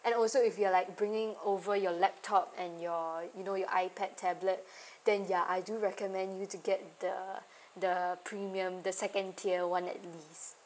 and also if you're like bringing over your laptop and your you know your ipad tablet then ya I do recommend you to get the the premium the second tier one at least